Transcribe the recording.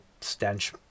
stench